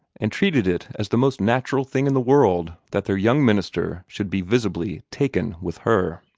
and treated it as the most natural thing in the world that their young minister should be visibly taken with her.